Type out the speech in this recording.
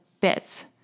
bits